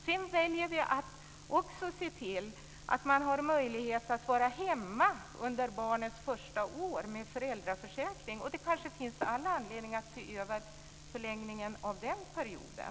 Vi väljer också att se till att man har möjlighet att vara hemma under barnets första år med föräldraförsäkring. Det kanske finns all anledning att se över förlängningen av den perioden.